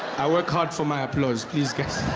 i work hard for my applause, please guys.